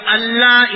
Allah